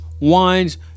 wines